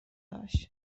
هاش